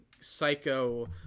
psycho